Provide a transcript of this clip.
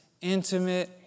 intimate